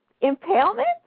impalement